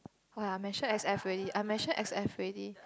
oh ya I mention S_F already I mention S_F already